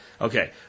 Okay